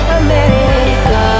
america